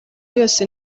yose